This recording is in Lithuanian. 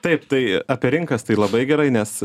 taip tai apie rinkas tai labai gerai nes